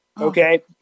Okay